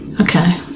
Okay